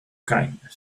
kindness